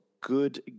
good